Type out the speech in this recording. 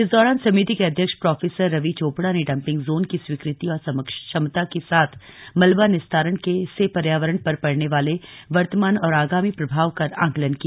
इस दौरान समिति के अध्यक्ष प्रोफेसर रवि चोपड़ा ने डंपिंग जोन की स्वीकृति और क्षमता के साथ मलवा निस्तारण से पर्यावरण पर पड़ने वाले वर्तमान और आगामी प्रभाव का आंकलन किया